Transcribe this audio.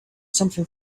something